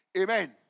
Amen